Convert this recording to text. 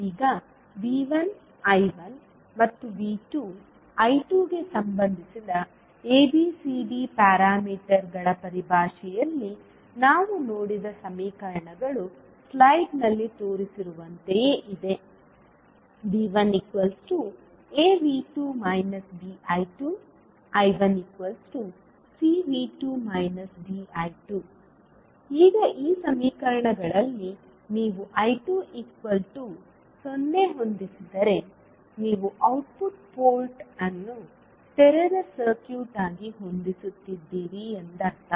ಈಗ V1 I1 ಮತ್ತು V2 I2 ಗೆ ಸಂಬಂಧಿಸಿದ ABCD ಪ್ಯಾರಾಮೀಟರ್ಗಳ ಪರಿಭಾಷೆಯಲ್ಲಿ ನಾವು ನೋಡಿದ ಸಮೀಕರಣಗಳು ಸ್ಲೈಡ್ನಲ್ಲಿ ತೋರಿಸಿರುವಂತೆಯೇ ಇದೆ V1AV2 BI2 I1CV2 DI2 ಈಗ ಈ ಸಮೀಕರಣಗಳಲ್ಲಿ ನೀವು I2 0ಹೊಂದಿಸಿದರೆ ನೀವು ಔಟ್ಪುಟ್ ಪೋರ್ಟ್ ಅನ್ನು ತೆರೆದ ಸರ್ಕ್ಯೂಟ್ ಆಗಿ ಹೊಂದಿಸುತ್ತಿದ್ದೀರಿ ಎಂದರ್ಥ